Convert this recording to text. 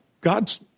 God's